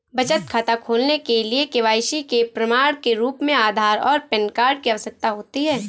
बचत खाता खोलने के लिए के.वाई.सी के प्रमाण के रूप में आधार और पैन कार्ड की आवश्यकता होती है